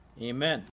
Amen